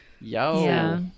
yo